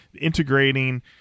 Integrating